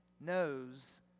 knows